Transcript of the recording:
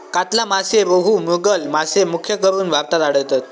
कातला मासे, रोहू, मृगल मासे मुख्यकरून भारतात आढळतत